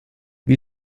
wie